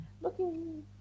Looking